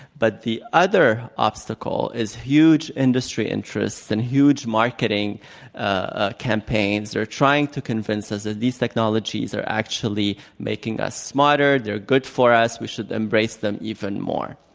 but the other obstacle is huge industry interests and huge marketing ah campaigns that are trying to convince us that these technologies are actually making us smarter, they're good for us, we should embrace them even more.